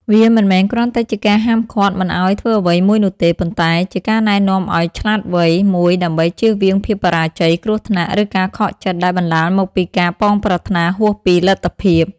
វាមិនមែនគ្រាន់តែជាការហាមឃាត់មិនឲ្យធ្វើអ្វីមួយនោះទេ ប៉ុន្តែជាការណែនាំដ៏ឆ្លាតវៃមួយដើម្បីជៀសវាងភាពបរាជ័យ គ្រោះថ្នាក់ ឬការខកចិត្តដែលបណ្តាលមកពីការប៉ងប្រាថ្នាហួសពីលទ្ធភាព។